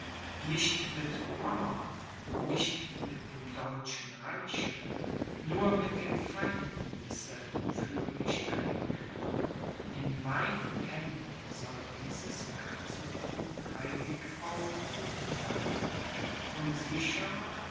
nicht mit pommern nicht mit dem deutschen reiche nur mit den feinden desselben führe ich krieg in meinen händen soll dieses herzogthum heilig aufgehoben sein und sicherer